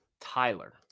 Tyler